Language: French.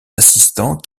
assistants